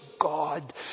God